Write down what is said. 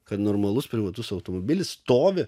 kad normalus privatus automobilis stovi